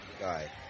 guy